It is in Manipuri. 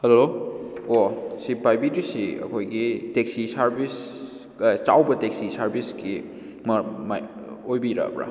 ꯍꯜꯂꯣ ꯑꯣ ꯁꯤ ꯄꯥꯏꯕꯤꯔꯤꯁꯤ ꯑꯩꯈꯣꯏꯒꯤ ꯇꯦꯛꯁꯤ ꯁꯔꯚꯤꯁ ꯀ ꯆꯥꯎꯕ ꯇꯦꯛꯁꯤ ꯁꯔꯚꯤꯁꯀꯤ ꯑꯣꯏꯕꯤꯔꯕ꯭ꯔꯥ